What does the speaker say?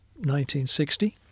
1960